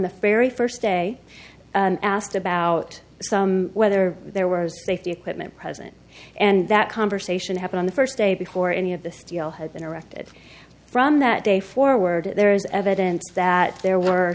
the ferry first day asked about some whether there were safety equipment present and that conversation happen on the first day before any of the steel had been erected from that day forward there is evidence that there were